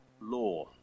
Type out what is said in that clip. law